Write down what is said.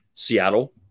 Seattle